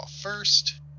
first